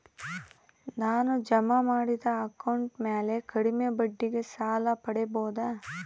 ನಾನು ಜಮಾ ಮಾಡಿದ ಅಕೌಂಟ್ ಮ್ಯಾಲೆ ಕಡಿಮೆ ಬಡ್ಡಿಗೆ ಸಾಲ ಪಡೇಬೋದಾ?